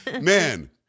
Man